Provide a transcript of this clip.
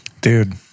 Dude